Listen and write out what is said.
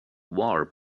war